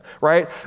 right